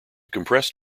compressed